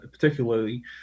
particularly